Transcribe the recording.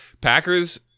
Packers